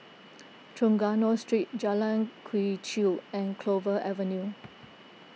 Trengganu Street Jalan Quee Chew and Clover Avenue